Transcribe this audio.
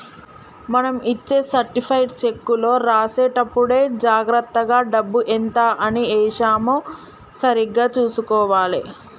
మనం ఇచ్చే సర్టిఫైడ్ చెక్కులో రాసేటప్పుడే జాగర్తగా డబ్బు ఎంత అని ఏశామో సరిగ్గా చుసుకోవాలే